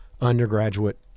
undergraduate